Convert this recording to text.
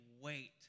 wait